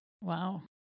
Wow